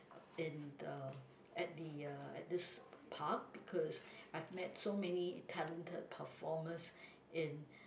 in the at the uh at this park because I've met so many talented performers in